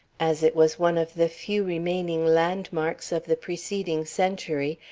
as it was one of the few remaining landmarks of the preceding century,